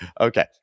Okay